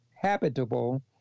habitable